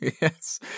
Yes